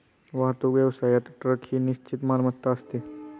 वाहतूक व्यवसायात ट्रक ही निश्चित मालमत्ता असते